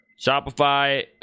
Shopify